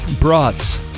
Brats